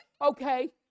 Okay